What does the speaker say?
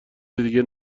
دیگه